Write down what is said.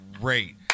great